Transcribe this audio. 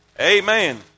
amen